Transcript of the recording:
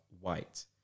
white